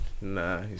nah